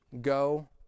Go